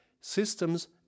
systems